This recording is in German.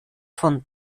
von